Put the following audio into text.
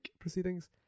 proceedings